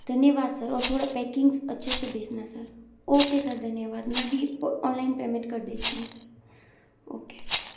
धन्यवाद सर और थोड़ा पैकिंग अच्छे से भेजना सर ओके सर धन्यवाद मैं भी अनलाइन पेमेंट कर देती हूँ सर ओके